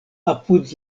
apud